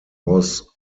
was